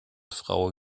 frau